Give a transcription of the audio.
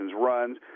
runs